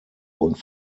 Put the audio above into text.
und